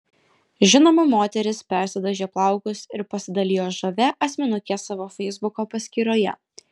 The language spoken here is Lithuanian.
žinoma moteris persidažė plaukus ir pasidalijo žavia asmenuke savo feisbuko paskyroje